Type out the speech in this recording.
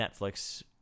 Netflix